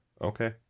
Okay